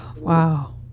wow